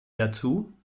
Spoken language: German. dazu